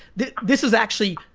this this is actually,